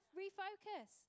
refocus